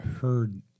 heard